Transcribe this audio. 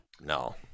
No